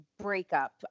breakup